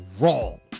wrong